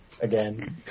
again